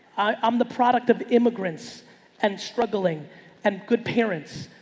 i'm the product of immigrants and struggling and good parents.